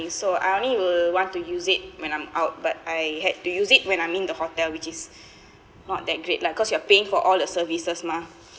so I only will want to use it when I'm out but I had to use it when I'm in the hotel which is not that great lah cause you are paying for all the services mah